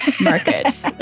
market